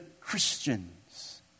Christians